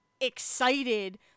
excited